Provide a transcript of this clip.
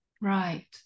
Right